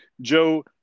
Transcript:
Joe